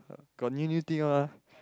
got new new thing one ah